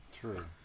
true